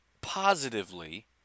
positively